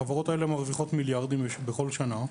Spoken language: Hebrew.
החברות האלה מרוויחות מיליארדים כל שנה,